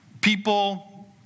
people